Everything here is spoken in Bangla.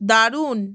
দারুণ